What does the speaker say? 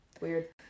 Weird